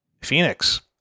phoenix